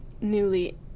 newly